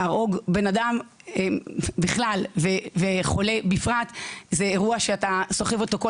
להרוג בן אדם בכלל וחולה בפרט זה אירוע שאתה סוחב אותו כל